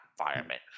environment